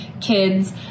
kids